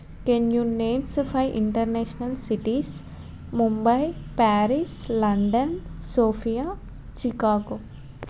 can you names five international cities Mumbai Paris London Sofia Chicago